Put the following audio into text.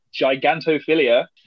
gigantophilia